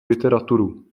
literaturu